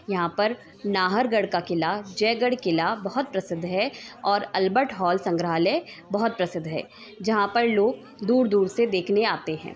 यहाँ पर नाहरगढ़ का क़िला जयगढ़ क़िला बहुत प्रसिद्ध है और अल्बर्ट हॉल संग्रहालय बहुत प्रसिद्ध है जहाँ पर लोग दूर दूर से देखने आते हैं